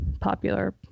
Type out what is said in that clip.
popular